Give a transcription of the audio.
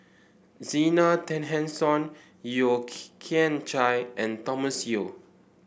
Zena Tessensohn Yeo Kian Chye and Thomas Yeo